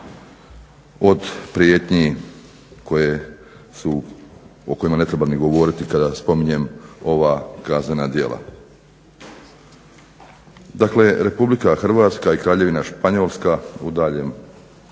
od prijetnji koje su o kojima ne treba govoriti kada spominjem ova kaznena djela. Dakle, RH i Kraljevina Španjolska u daljem